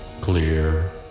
clear